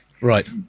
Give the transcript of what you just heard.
Right